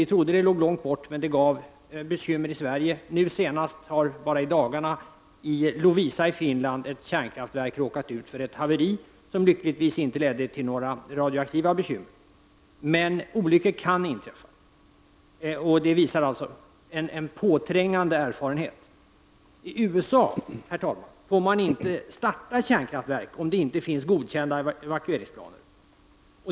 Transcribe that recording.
Vi trodde det låg långt bort, men det gav bekymmer i Sverige. Nu senast har i dagarna ett kärnkraftverk i Lovisa i Finland råkat ut för ett haveri som lyckligtvis inte ledde till några radioaktiva bekymmer. Men en påträngande erfarenhet visar att olyckor kan inträffa. Herr talman! I USA får man inte starta kärnkraftverk om det inte finns godkända evakueringsplaner.